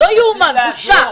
בושה.